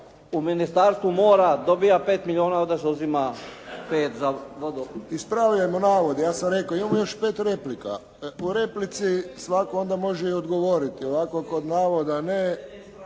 u Ministarstvu mora dobija 5 milijuna, odnosno uzima 5 za vodoopskrbu. **Friščić, Josip (HSS)** Ispravljam navod. Ja sam rekao, imamo još 5 replika. U replici svatko onda može i odgovoriti. Ovako kod navoda ne.